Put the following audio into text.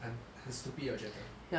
很很 stupid lor 我觉得